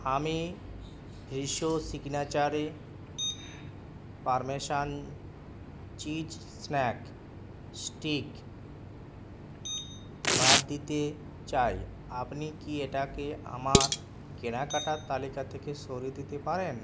আমি Fresho signature parmesan cheese snack stick বাদ দিতে চাই আপনি কি এটাকে আমার কেনাকাটার তালিকা থেকে সরিয়ে দিতে পারেন